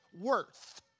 worth